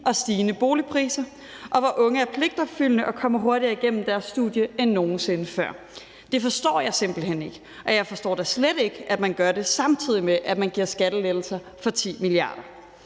og stigende boligpriser, og hvor unge er pligtopfyldende og kommer hurtigere igennem deres studie end nogen sinde før. Det forstår jeg simpelt hen ikke, og jeg forstår da slet ikke, at man gør det, samtidig med at man giver skattelettelser for 10 mia. kr.